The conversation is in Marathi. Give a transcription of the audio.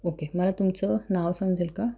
ओके मला तुमचं नाव समजेल का